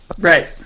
Right